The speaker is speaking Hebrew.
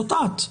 זאת את.